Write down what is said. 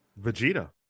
Vegeta